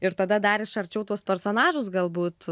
ir tada dar iš arčiau tuos personažus galbūt